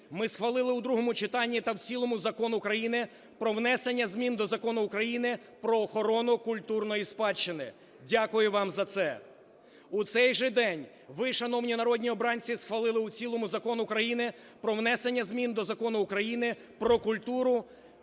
Ми схвалили у другому читанні та в цілому Закон України про внесення змін до Закону України "Про охорону культурної спадщини". Дякую вам за це. У цей же день ви, шановні народні обранці, схвалили у цілому Закон України про внесення змін до Закону України "Про культуру"